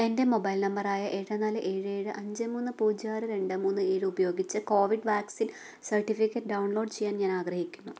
എൻ്റെ mobile number ആയ ഏഴ് നാല് ഏഴ് ഏഴ് അഞ്ച് മൂന്ന് പൂജ്യം ആറ് രണ്ട് മൂന്ന് ഏഴ് ഉപയോഗിച്ച് കോവിഡ് വാക്സിൻ സർട്ടിഫിക്കറ്റ് ഡൗൺലോഡ് ചെയ്യാൻ ഞാൻ ആഗ്രഹിക്കുന്നു